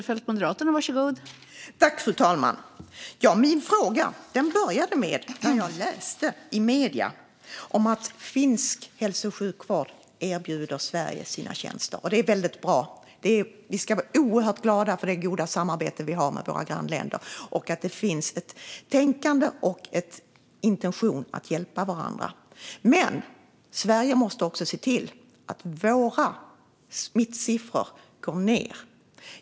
Fru talman! Min fråga började med att jag läste i medierna om att finsk hälso och sjukvård erbjuder Sverige sina tjänster. Det är väldigt bra. Vi ska vara oerhört glada för det goda samarbete vi har med våra grannländer och för att det finns ett sådant tänkande och en intention att hjälpa varandra. Men Sverige måste också se till att smittspridningen går ned.